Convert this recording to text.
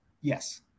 yes